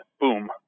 boom